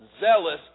zealous